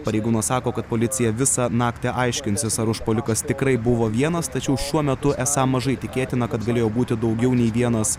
pareigūnas sako kad policija visą naktį aiškinsis ar užpuolikas tikrai buvo vienas tačiau šuo metu esą mažai tikėtina kad galėjo būti daugiau nei vienas